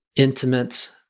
intimate